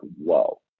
whoa